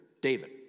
David